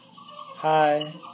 Hi